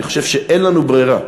אני חושב שאין לנו ברירה,